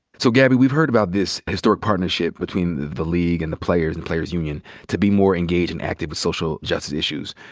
so, gabby, we've heard about this historic partnership between the league and the players and players' union to be more engaged and active with social justice issues.